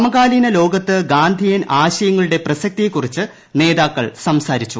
സമകാലീന ലോകത്ത് ഗാന്ധിയൻ ആശയങ്ങളുടെ പ്രസക്തിയെകുറിച്ച് നേതാക്കൾ സംസാരിച്ചു